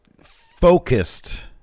focused